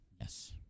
Yes